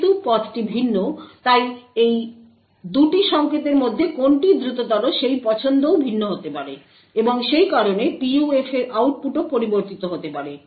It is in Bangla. যেহেতু পথটি ভিন্ন তাই এই 2টি সংকেতের মধ্যে কোনটি দ্রুততর সেই পছন্দও ভিন্ন হতে পারে এবং সেই কারণে PUF এর আউটপুটও পরিবর্তিত হতে পারে